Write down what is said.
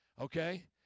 okay